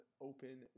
open